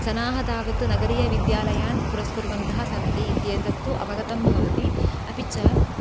जनाः तावत् नगरीयविद्यालयान् पुरस्कुर्वन्तः सन्ति इत्येतत्तु अवगतं भवति अपि च